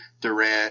Durant